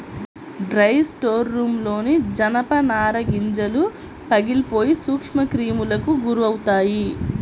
dry స్టోర్రూమ్లోని జనపనార గింజలు పగిలిపోయి సూక్ష్మక్రిములకు గురవుతాయి